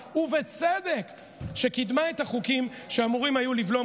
ובצדק קידמה את החוקים שאמורים היו לבלום,